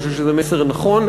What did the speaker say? אני חושב שזה מסר נכון,